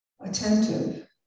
attentive